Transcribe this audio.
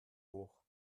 hoch